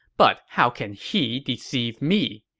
but how can he deceive me?